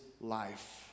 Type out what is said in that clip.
life